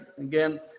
again